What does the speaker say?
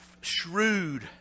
shrewd